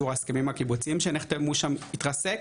שיעור ההסכמים הקיבוציים שנחתמו שם התרסק,